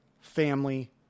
Family